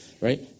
right